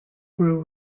grew